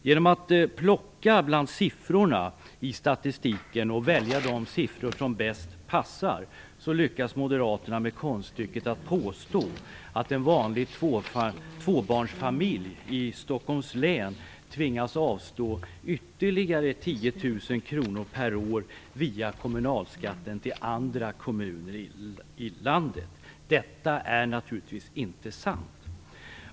Genom att plocka bland siffrorna i statistiken och välja de siffror som passar bäst lyckas moderaterna med konststycket att påstå att en vanlig tvåbarnsfamilj i Stockholms län via kommunalskatten tvingas avstå ytterligare 10 000 kr per år till andra kommuner i landet. Detta är naturligtvis inte sant.